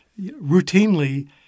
routinely